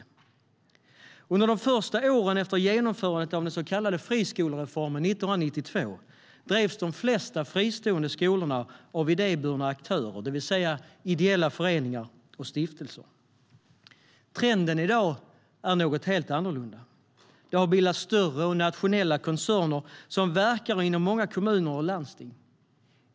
Under de första åren efter genomförandet av den så kallade friskolereformen 1992 drevs de flesta fristående skolorna av idéburna aktörer, det vill säga ideella föreningar och stiftelser. Trenden i dag är något helt annorlunda. Det har bildats större och nationella koncerner som verkar inom många kommuner och landsting.